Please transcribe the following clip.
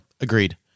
Agreed